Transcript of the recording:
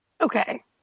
Okay